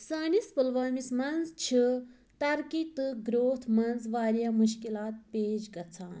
سٲنِس پُلوٲمِس منٛز چھِ ترقی تہٕ گرٛوتھ منٛز واریاہ مُشکِلات پیش گژھان